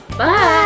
Bye